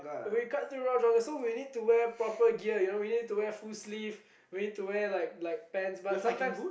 we cut through raw jungle so we need to wear proper gear you know we need to wear full sleeve we need to wear like like pants but sometimes